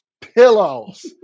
pillows